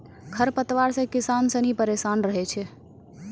खरपतवार से किसान सनी परेशान रहै छै